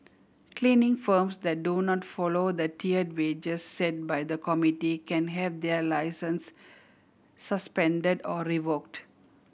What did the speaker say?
cleaning firms that do not follow the tiered wages set by the committee can have their licence suspended or revoked